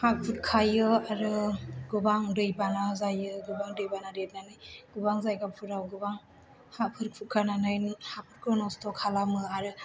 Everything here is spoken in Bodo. हा खुरखायो आरो गोबां दै बाना जायो गोबां दै बाना देरनानै गोबां जायगाफोरा गोबां हाफोर खुरखानानै हाफोरखौ नस्थ' खालामो आरो